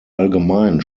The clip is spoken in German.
allgemein